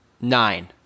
Nine